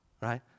right